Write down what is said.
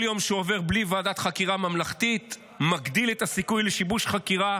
"כל יום שעובר בלי ועדת חקירה ממלכתית מגדיל את הסיכוי לשיבוש חקירה,